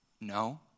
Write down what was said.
No